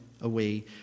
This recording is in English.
away